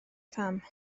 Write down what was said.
pham